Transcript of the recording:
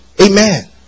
Amen